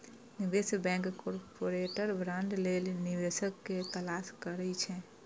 निवेश bank corporate bond लेल निवेशक के तलाश करै छै